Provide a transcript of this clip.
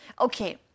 okay